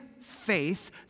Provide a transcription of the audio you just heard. faith